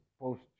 post